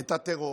את הטרור,